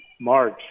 March